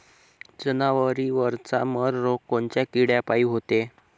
जवारीवरचा मर रोग कोनच्या किड्यापायी होते?